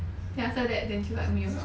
then after that then 就 like 没有 liao